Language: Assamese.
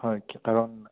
হয় কিয় কাৰণ